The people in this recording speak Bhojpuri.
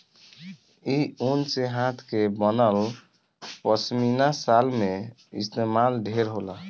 इ ऊन से हाथ के बनल पश्मीना शाल में इस्तमाल ढेर होला